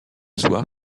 soir